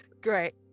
Great